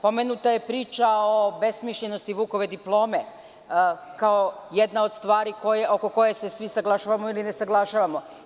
Pomenuta je priča o besmišljenosti Vukove diplome, kao jedna od stvari oko koje se svi saglašavamo ili ne saglašavamo.